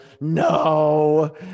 no